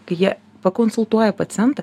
kai jie pakonsultuoja pacientą